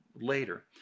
later